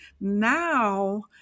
Now